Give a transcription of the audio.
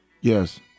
Yes